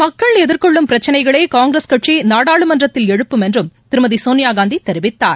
மக்கள் எதிர்னெள்ளும் பிரச்சினைகளை காங்கிரஸ் கட்சி நாடாளுமன்றத்தில் எழுப்பும் என்றும் திருமதி சோனியாகாந்தி தெரிவித்தார்